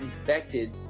infected